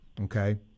okay